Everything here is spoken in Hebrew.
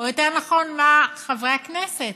או יותר נכון, מה חברי הכנסת,